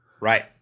Right